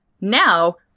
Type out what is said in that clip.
Now